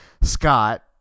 Scott